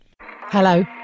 Hello